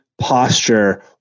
posture